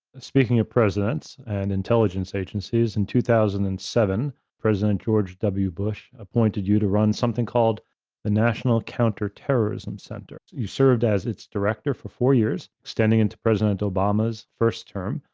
speaking of presidents and intelligence agencies, in two thousand and seven, president george w. bush appointed you to run something called the national counterterrorism center, you served as its director for four years, extending into president obama's first term.